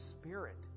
spirit